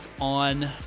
on